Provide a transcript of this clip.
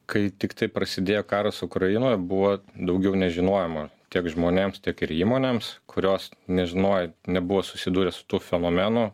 kai tiktai prasidėjo karas ukrainoj buvo daugiau nežinojimo tiek žmonėms tiek ir įmonėms kurios nežinojo nebuvo susidūrę su tuo fenomenu